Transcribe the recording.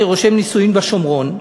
כרושם נישואין בשומרון,